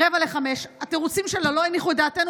השעה 16:45. התירוצים שלה לא הניחו את דעתנו.